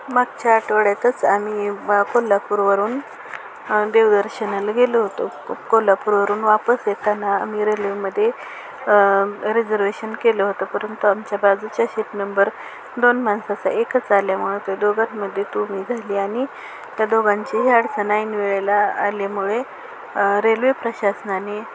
मागच्या आठवड्यातच आम्ही कोल्हापूरवरून देवदर्शनाला गेलो होतो कोल्हापूरवरून वापस येताना आम्ही रेल्वेमध्ये रिझर्वेशन केलं होतं परंतु आमच्या बाजूच्या शीट नंबर दोन माणसाचा एकच आल्यामुळं त्या दोघांमध्ये तू मी झाली आणि त्या दोघांची ही अडचण ऐन वेळेला आल्यामुळे रेल्वे प्रशासनाने